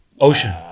Ocean